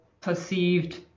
perceived